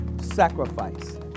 sacrifice